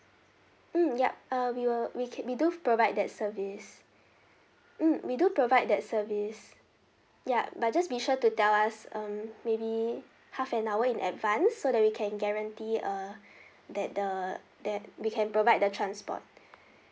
mm yup uh we will we can we do provide that service mm we do provide that service ya but just be sure to tell us um maybe half an hour in advance so that we can guarantee uh that the that we can provide the transport